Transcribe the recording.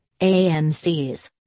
AMCs